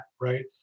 right